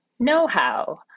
know-how